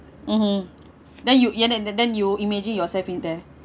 (uh huh) then you ya then you like you imagine yourself in there